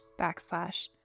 backslash